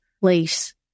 place